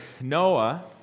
Noah